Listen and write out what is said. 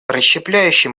расщепляющийся